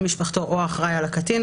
בן משפחתו או האחראי על הקטין,